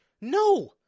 No